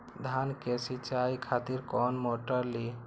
धान के सीचाई खातिर कोन मोटर ली?